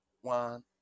one